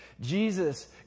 Jesus